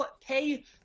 pay